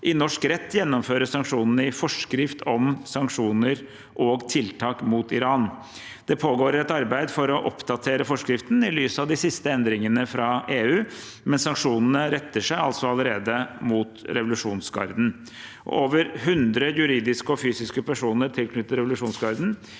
I norsk rett gjennomføres sanksjonene i forskrift om sanksjoner og tiltak mot Iran. Det pågår et arbeid for å oppdatere forskriften i lys av de siste endringene fra EU, men sanksjonene retter seg altså allerede mot revolusjonsgarden. Over 100 juridiske og fysiske personer tilknyttet revolusjonsgarden